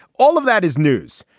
all of that is news.